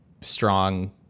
strong